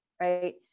right